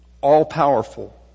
all-powerful